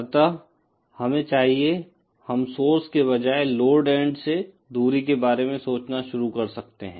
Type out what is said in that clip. अतः हमें चाहिए हम सोर्स के बजाय लोड एंड से दूरी के बारे में सोचना शुरू कर सकते हैं